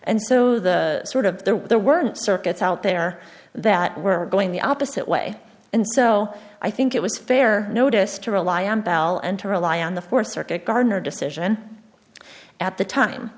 and so the sort of there were there weren't circuits out there that were going the opposite way and so i think it was fair notice to rely on bell and to rely on the th circuit garner decision at the time